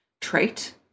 trait